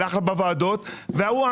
וההוא,